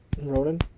Ronan